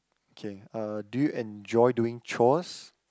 okay uh do you enjoy doing chores